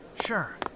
Sure